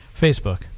Facebook